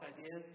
ideas